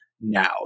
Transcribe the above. now